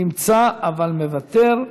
נמצא אבל מוותר,